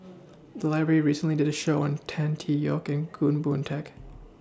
The Library recently did Show on Tan Tee Yoke Goh Boon Teck